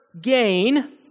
gain